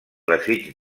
desig